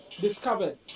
discovered